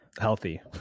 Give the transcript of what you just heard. healthy